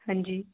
ਹਾਂਜੀ